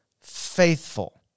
faithful